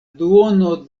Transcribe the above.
duono